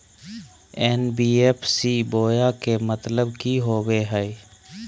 NBFC बोया के मतलब कि होवे हय?